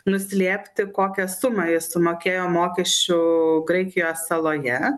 nuslėpti kokią sumą jis sumokėjo mokesčių graikijos saloje